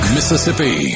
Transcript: Mississippi